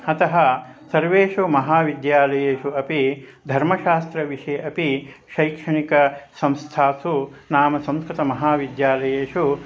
अतः सर्वेषु महाविद्यालयेषु अपि धर्मशास्त्रविषये अपि शैक्षणिकसंस्थासु नाम संस्कृतमहाविद्यालयेषु